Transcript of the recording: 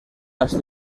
las